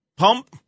Pump